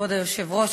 כבוד היושב-ראש,